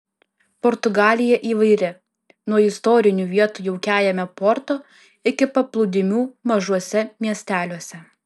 portugalija įvairi nuo istorinių vietų jaukiajame porto iki paplūdimių mažuose miesteliuose